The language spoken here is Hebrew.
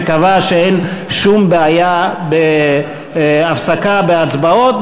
שקבע שאין שום בעיה בהפסקה בהצבעות.